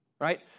right